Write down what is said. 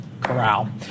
corral